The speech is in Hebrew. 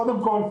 קודם כול,